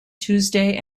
tuesday